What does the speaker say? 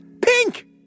pink